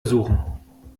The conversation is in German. suchen